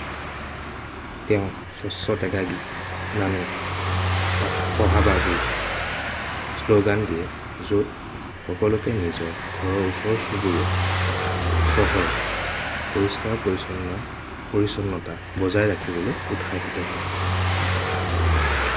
তেওঁ স্বচ্ছতেগাগী নানু সহাবাগী স্লোগান দিয়ে য'ত সকলোকে নিজৰ ঘৰৰ ওচৰ চুবুৰীয়া চহৰ পৰিষ্কাৰ বজাই ৰাখিবলৈ উৎসাহিত হয়